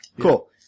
cool